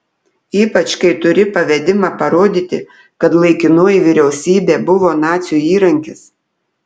ypač kai turi pavedimą parodyti kad laikinoji vyriausybė buvo nacių įrankis